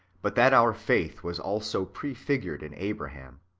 but that our faith was also prefigured in abraham,